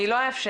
אני לא אאפשר,